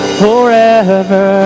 forever